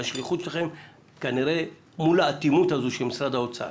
לשליחות שלכם מול האטימות הזו של משרד האוצר